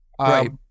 Right